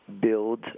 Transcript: build